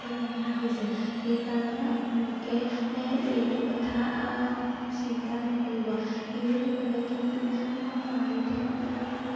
বেমাৰ হৈছে সেইকাৰণে আপোনালোকে এ এইটো কথা চিন্তা নকৰিব সেই বুলি ক'লে কিন্তু মোৰ মা দেউতাই